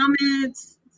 comments